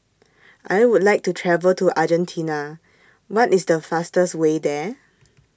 I Would like to travel to Argentina What IS The fastest Way There